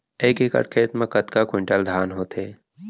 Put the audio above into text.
एक एकड़ खेत मा कतका क्विंटल धान होथे?